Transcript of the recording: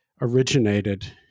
originated